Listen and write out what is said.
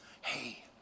Hey